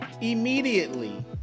Immediately